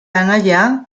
anaia